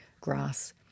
grass